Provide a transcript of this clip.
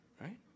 right